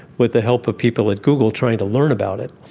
with the help of people at google, trying to learn about it.